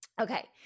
Okay